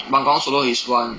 Banganwan Solo is one